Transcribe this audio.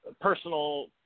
personal